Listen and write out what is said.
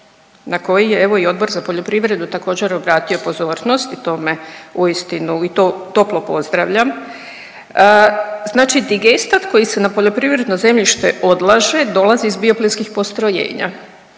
na koji je evo i Odbor za poljoprivredu također obratio pozornost i tome uistinu i to toplo pozdravljam. Znači digestat koji se na poljoprivredno zemljište odlaže dolazi iz bio plinskih postrojenja.